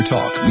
Talk